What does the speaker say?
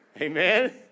Amen